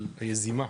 היזימה,